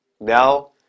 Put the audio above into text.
Now